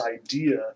idea